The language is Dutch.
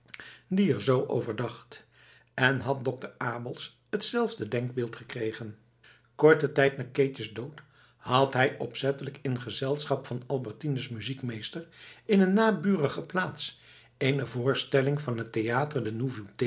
die er zoo over dacht en had dokter abels hetzelfde denkbeeld gekregen korten tijd na keetjes dood had hij opzettelijk in gezelschap van albertines muziekmeester in een naburige plaats eene voorstelling van het théatre